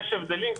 יש הבדלים,